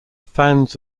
fans